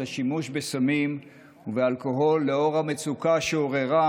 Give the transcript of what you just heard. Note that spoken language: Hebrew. השימוש בסמים ובאלכוהול לנוכח המצוקה שעוררה,